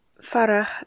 Farah